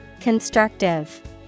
Constructive